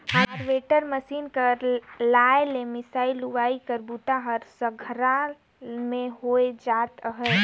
harvester machine कर आए ले मिंसई, लुवई कर बूता ह संघरा में हो जात अहे